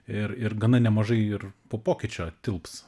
ir ir gana nemažai jų ir po pokyčio tilps